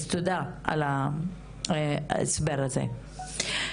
אז תודה על ההסבר הזה.